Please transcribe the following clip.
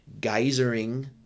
geysering